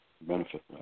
benefit